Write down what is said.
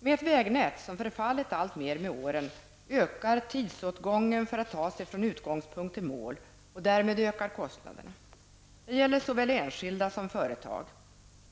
Med ett vägnät som förfallit alltmer med åren, ökar tidsåtgången för att ta sig från utgångspunkt till mål, och därmed ökar kostnaderna. Det gäller såväl enskilda som företag.